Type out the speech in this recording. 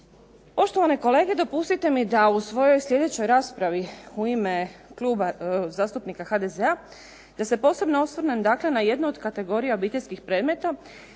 Poštovane kolege dopustite mi da u svojoj sljedećoj raspravi u ime Kluba zastupnika HDZ-a da se posebno osvrnem na jednu od kategorija obiteljskih predmeta